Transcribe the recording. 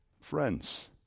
friends